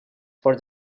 for